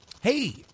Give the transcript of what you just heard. Hey